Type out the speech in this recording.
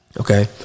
Okay